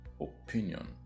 opinion